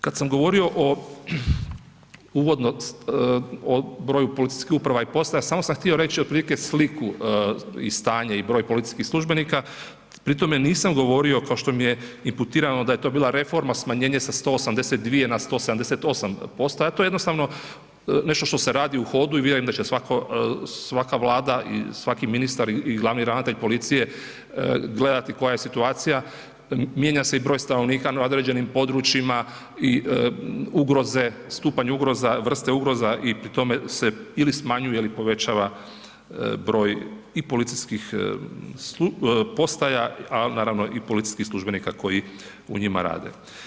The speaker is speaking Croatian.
Kada sam govorio uvodno, o broju policijskih uprava i postaja, samo sam htio reći, otprilike sliku i stanje i broj policijskih službenika, pri tome, nisam govorio, kao što je mi je imputirano da je to bila reforma smanjenje sa 182 na 188 … to je jednostavno nešto što se radi u hodu i vjerujem da će svaka vlada, svaki ministar i glavni ravnatelj policije gledati koja je situacija, mijenja se i broj stanovnika na određenim područjima i stupanje ugroza, vrste ugroza i pri tome se ili smanjuje ili povećava broj i policijskih postaja, a i naravno policijskih službenika koji u njima rade.